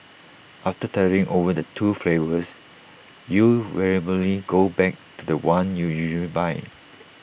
after dithering over the two flavours you invariably go back to The One you usually buy